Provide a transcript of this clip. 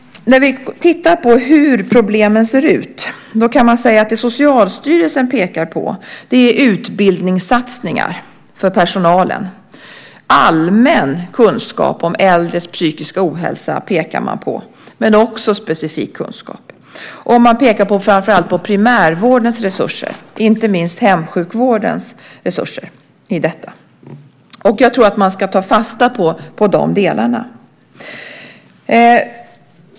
När vi tittar på hur problemen ser ut kan man säga att det Socialstyrelsen pekar på är utbildningssatsningar för personalen. Man pekar på allmän kunskap om äldres psykiska ohälsa, men också specifik kunskap. Man pekar framför allt på primärvårdens resurser, inte minst hemsjukvårdens resurser i detta. Jag tror att man ska ta fasta på de delarna.